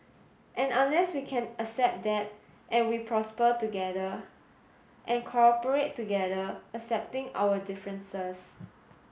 and unless we can accept that and we prosper together and cooperate together accepting our differences